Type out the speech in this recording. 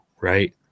Right